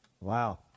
Wow